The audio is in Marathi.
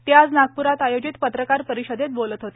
ते आज नागपूरात आयोजित पत्रकार परिषदेत बोलत होते